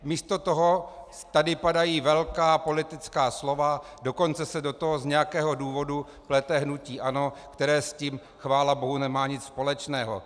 Místo toho tady padají velká politická slova, dokonce se do toho z nějakého důvodu plete hnutí ANO, které s tím chválabohu nemá nic společného.